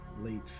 late